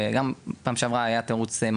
וגם בפעם שעברה היה תירוץ,